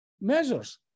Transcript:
measures